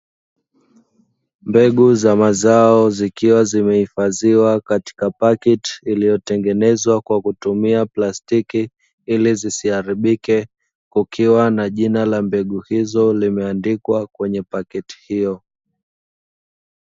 Mbegu za mazao zikiwa zimehifadhiwa katika pakiti, iliyotengenezwa kwa kutumia plastiki, ili zisiharibike. Kukiwa na jina la mbegu hizo limeandikwa kwenye paketi hiyo.